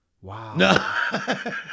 Wow